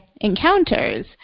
encounters